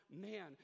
man